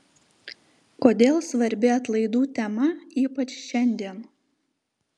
kodėl svarbi atlaidų tema ypač šiandien